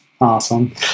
awesome